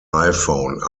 iphone